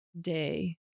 day